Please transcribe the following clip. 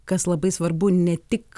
kas labai svarbu ne tik